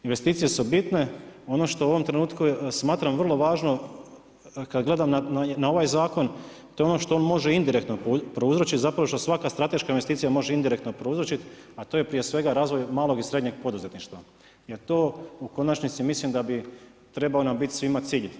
Investicije su bitne, ono što u ovom trenutku smatram vrlo važno kada gledam na ovaj zakon, to je ono što on može indirektno prouzročit zapravo što svaka strateška investicija može indirektno prouzročit, a to je prije svega razvoj malog i srednje poduzetništva jer to u konačnici mislim da bi trebao nam biti svima cilj.